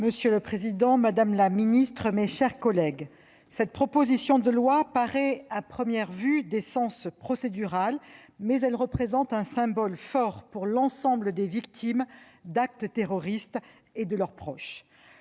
Monsieur le président, madame la ministre, mes chers collègues, cette proposition de loi paraît à première vue d'essence procédurale, mais elle représente un symbole fort pour l'ensemble des victimes d'actes terroristes et de leurs proches.